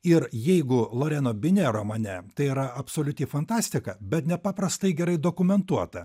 ir jeigu loreno binė romane tai yra absoliuti fantastika bet nepaprastai gerai dokumentuota